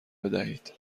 بدهید